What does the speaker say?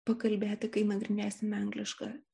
pakalbėti kai nagrinėsime anglišką